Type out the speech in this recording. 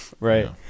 Right